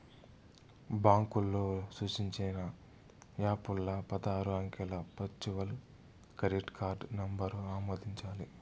బాంకోల్లు సూచించిన యాపుల్ల పదారు అంకెల వర్చువల్ క్రెడిట్ కార్డు నంబరు ఆమోదించాలి